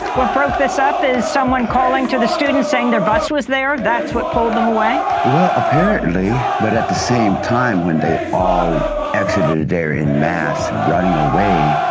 what broke this up is someone calling to the students saying their bus was there, that's what called them away? well apparently. but at the same time. when they all exited there in mass, running away,